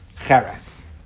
Cheres